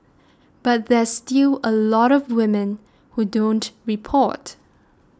but there's still a lot of women who don't report